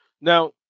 now